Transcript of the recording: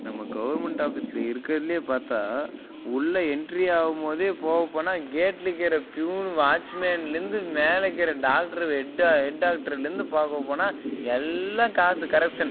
நம்ம கவர்மெண்ட் ஆஃபீஸில் இருக்குறதுலே பார்த்தா உள்ள என்ட்ரி ஆவும் போதே போவ போனால் கேட்கல இருக்க ப்யூனு வாட்ச் மேன்லேந்து மேலே இருக்குற டாக்டரு ஹெட்டு ஹெட் டாக்டர்லேந்து பார்க்க போனால் எல்லா காசு கரப்ஷன்